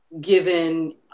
given